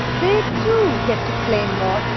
they, too, get to claim more,